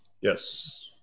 Yes